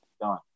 done